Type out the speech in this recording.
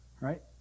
right